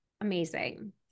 Amazing